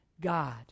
God